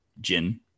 Jin